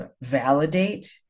validate